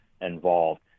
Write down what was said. involved